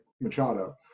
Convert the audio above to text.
machado